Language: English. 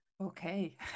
okay